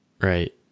Right